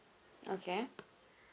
okay